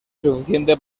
suficiente